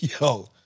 Yo